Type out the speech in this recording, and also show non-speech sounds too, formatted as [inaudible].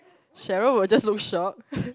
Cheryl will just look shock [laughs]